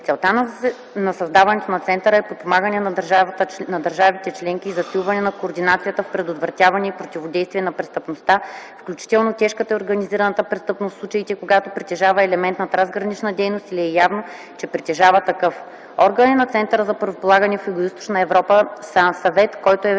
Целта на създаването на Центъра е подпомагане на държавите членки и засилване на координацията в предотвратяване и противодействие на престъпността, включително тежката и организираната престъпност, в случаите, когато притежава елемент на трансгранична дейност или е явно, че притежава такъв. Органи на Центъра за правоприлагане в Югоизточна Европа са Съвет, който е